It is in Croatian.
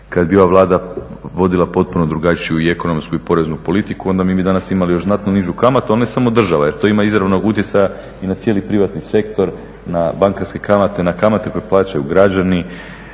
kad bi ova Vlada vodila potpuno drugačiju i ekonomsku i poreznu politiku onda mi bi danas imali još znatno nižu kamatu, ali ne samo država jer to ima izravnog utjecaja i na cijeli privatni sektor, na bankarske kamate, na kamate koje plaćaju građani,